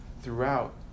throughout